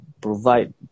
provide